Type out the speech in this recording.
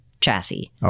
chassis